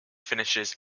finishes